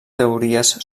teories